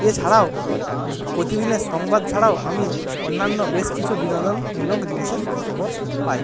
এছাড়াও প্রতিদিনের সংবাদ ছাড়াও আমি অন্যান্য বেশ কিছু বিনোদনমূলক জিনিসের খবর পাই